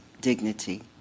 dignity